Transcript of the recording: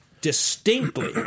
distinctly